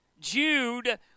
Jude